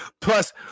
Plus